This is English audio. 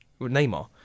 Neymar